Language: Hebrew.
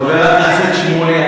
חבר הכנסת שמולי,